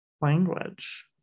Language